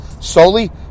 solely